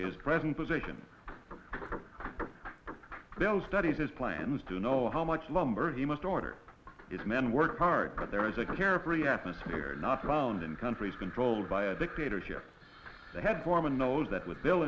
his present position studies his plan was to know how much lumber you must order if men work hard but there is a carefree atmosphere not found in countries controlled by a dictatorship they had gorman knows that with bill